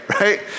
right